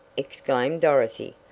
exclaimed dorothy.